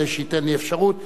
כדי שייתן לי אפשרות.